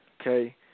Okay